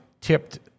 tipped